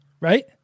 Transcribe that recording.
Right